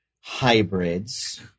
hybrids